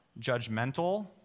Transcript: judgmental